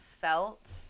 felt